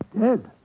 Dead